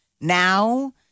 now